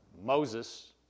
Moses